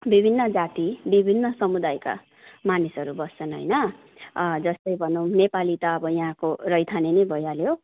विभिन्न जाति विभिन्न समुदायका मानिसहरू बस्छन् होइन जस्तै भनौँ नेपाली त अब यहाँको रैथाने नै भइहाल्यो